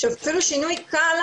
שאפילו שינוי קל,